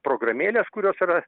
programėlės kurios yra